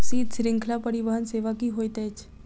शीत श्रृंखला परिवहन सेवा की होइत अछि?